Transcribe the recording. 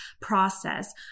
process